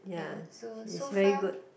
ya so so far